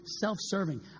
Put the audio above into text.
self-serving